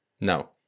no